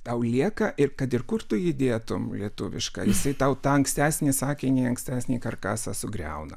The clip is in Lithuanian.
tau lieka ir kad ir kur tu jį dėtum lietuvišką jisai tau tą ankstesnį sakinį ankstesnį karkasą sugriauna